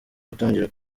gutangira